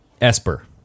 Esper